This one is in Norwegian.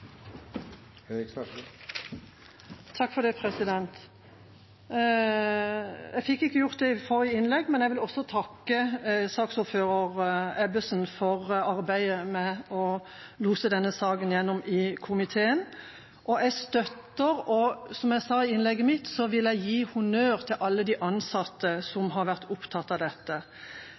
Jeg fikk ikke gjort det i forrige innlegg, men jeg vil også takke saksordfører Ebbesen for arbeidet med å lose denne saken igjennom i komiteen, og som jeg sa i innlegget mitt, vil jeg gi honnør til alle de ansatte som har vært opptatt av dette,